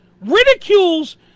ridicules